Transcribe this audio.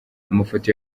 amafoto